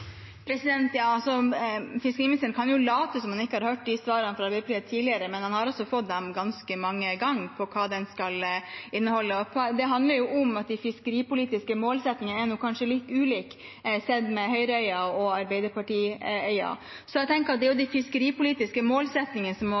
Fiskeriministeren kan jo late som han ikke har hørt svarene på hva den skal inneholde, tidligere, men han har fått dem ganske mange ganger. Det handler om at de fiskeripolitiske målsettingene kanskje er litt ulike sett med Høyre-øyne og Arbeiderparti-øyne. Jeg tenker at det er de fiskeripolitiske målsettingene som må